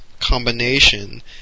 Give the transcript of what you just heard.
combination